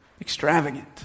Extravagant